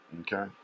Okay